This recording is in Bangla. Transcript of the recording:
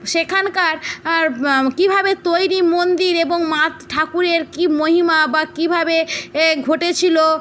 সেখানকার আর কীভাবে তৈরী মন্দির এবং মাত ঠাকুরের কি মহিমা বা কীভাবে এ ঘটেছিলো